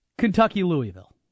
Kentucky-Louisville